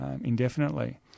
indefinitely